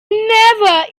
never